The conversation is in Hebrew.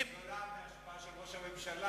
גדולה יותר מאשר של ראש הממשלה.